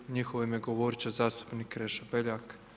U njihovo ime govoriti će zastupnik Krešo Beljak.